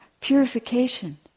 purification